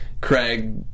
Craig